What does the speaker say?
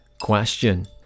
question